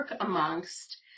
amongst